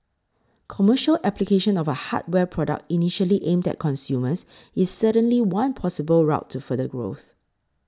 commercial application of a hardware product initially aimed at consumers is certainly one possible route to further growth